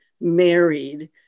married